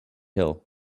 hill